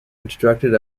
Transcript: constructed